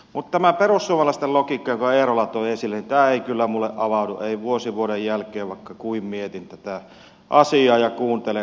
mutta tämä perussuomalaisten logiikka jonka eerola toi esille ei kyllä minulle avaudu ei vuosi vuoden jälkeen vaikka kuinka mietin tätä asiaa ja kuuntelen